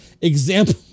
example